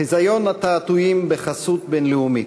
חזיון תעתועים בחסות בין-לאומית.